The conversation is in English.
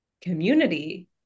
community